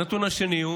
הנתון השני הוא